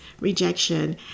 rejection